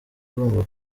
agomba